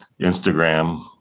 Instagram